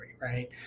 Right